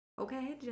okay